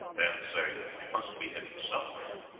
then, saying that we must be hidden somewhere,